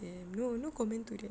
damn no no comment to that